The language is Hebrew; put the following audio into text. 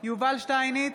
יובל שטייניץ,